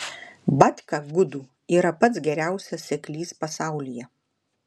batka gudų yra pats geriausias seklys pasaulyje